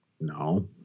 no